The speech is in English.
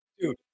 Dude